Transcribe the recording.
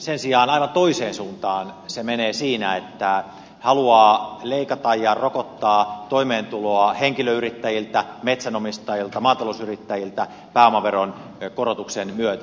sen sijaan aivan toiseen suuntaan se menee siinä että se haluaa leikata ja rokottaa toimeentuloa henkilöyrittäjiltä metsänomistajilta maatalousyrittäjiltä pääomaveron korotuksen myötä